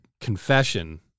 confession